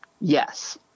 Yes